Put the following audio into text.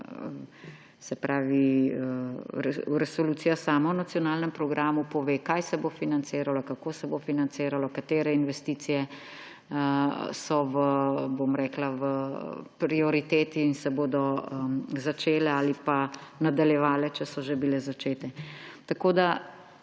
resolucija sama o nacionalnem programu pove, kaj se bo financiralo, kako se bo financiralo, katere investicije so, bom rekla, v prioriteti in se bodo začele ali pa nadaljevale, če so že bile načete.